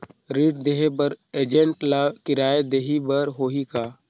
ऋण देहे बर एजेंट ला किराया देही बर होही का?